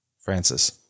Francis